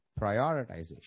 prioritization